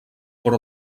però